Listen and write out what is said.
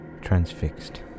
transfixed